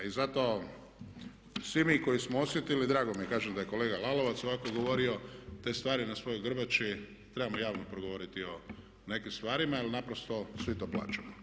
I zato svi mi koji smo osjetili, drago mi je kažem da je kolega Lalovac ovako govorio, te stvari na svojoj grbači trebamo javno progovoriti o nekim stvarima jer naprosto svi to plaćamo.